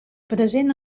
present